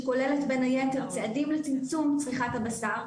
שכוללת בין היתר צעדים לצמצום צריכת הבשר,